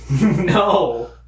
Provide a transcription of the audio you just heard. No